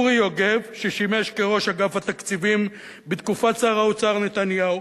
אוּרי יוגב ששימש כראש אגף תקציבים בתקופת שר האוצר נתניהו,